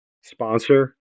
sponsor